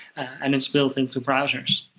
and it's built into browsers.